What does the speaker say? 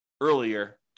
earlier